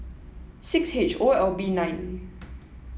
six H O L B nine